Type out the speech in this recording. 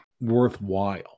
worthwhile